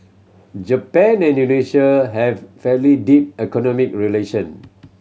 Japan and Indonesia have fairly deep economic relation